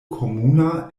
komuna